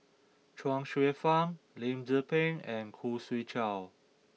Chuang Hsueh Fang Lim Tze Peng and Khoo Swee Chiow